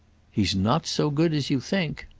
he's not so good as you think!